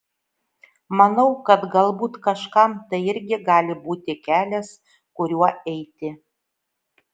manau kad galbūt kažkam tai irgi gali būti kelias kuriuo eiti